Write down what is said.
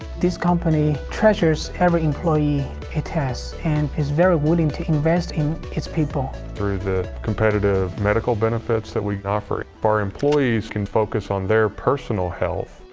this company treasures every employee it has and is very willing to invest in its people. through the competitive medical benefits that we offer, our employees can focus on their personal health.